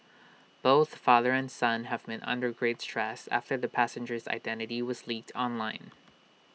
both father and son have been under great stress after the passenger's identity was leaked online